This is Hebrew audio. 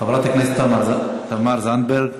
חברת הכנסת תמר זנדברג,